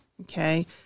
okay